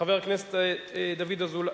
חבר הכנסת דוד אזולאי,